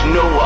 no